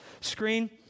screen